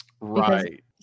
right